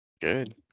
Good